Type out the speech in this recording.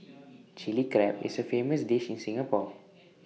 Chilli Crab is A famous dish in Singapore